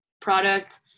product